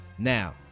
Now